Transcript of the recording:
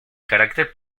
carácter